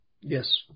Yes